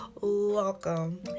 Welcome